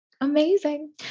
Amazing